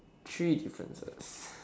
three differences